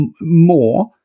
more